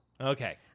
Okay